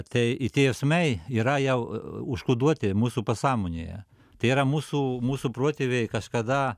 tai tie jausmai yra jau užkoduoti mūsų pasąmonėje tai yra mūsų mūsų protėviai kažkada